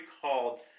called